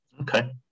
Okay